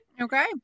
Okay